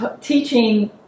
teaching